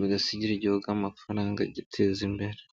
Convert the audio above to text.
bagasigira Igihugu amafaranga agiteza imbere.